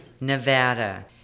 Nevada